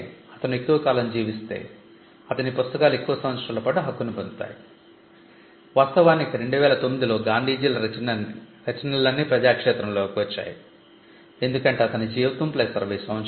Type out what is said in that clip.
అతను ఎక్కువ కాలం జీవిస్తే అతని పుస్తకాలు ఎక్కువ సంవత్సరాల పాటు హక్కును పొందుతాయి వాస్తవానికి 2009 లో గాంధీజీ రచనలన్నీ ప్రజాక్షేత్రంలోకి వచ్చాయి ఎందుకంటే అతని జీవితం ప్లస్ 60 సంవత్సరాలు